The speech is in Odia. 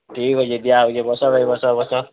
ଠିକ୍ ଅଛେ ଦିଆହେଉଛେ ବସ ଭାଇ ବସ ବସ